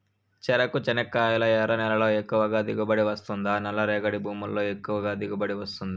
చెరకు, చెనక్కాయలు ఎర్ర నేలల్లో ఎక్కువగా దిగుబడి వస్తుందా నల్ల రేగడి భూముల్లో ఎక్కువగా దిగుబడి వస్తుందా